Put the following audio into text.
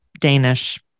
Danish